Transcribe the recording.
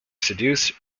seduce